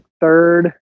third